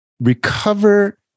recover